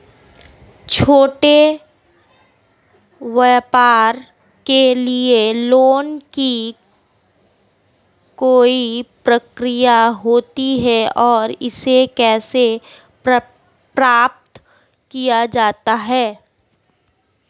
छोटे व्यापार के लिए लोंन की क्या प्रक्रिया होती है और इसे कैसे प्राप्त किया जाता है?